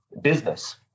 business